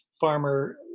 farmer